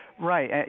Right